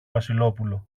βασιλόπουλο